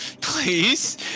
Please